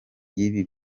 y’ibi